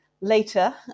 later